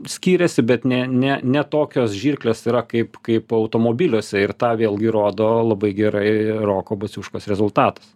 skiriasi bet ne ne ne tokios žirklės yra kaip kaip automobiliuose ir tą vėlgi rodo labai gerai roko baciuškos rezultatas